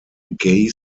gaye